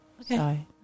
Okay